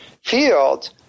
field